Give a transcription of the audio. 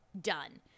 Done